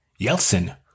Yeltsin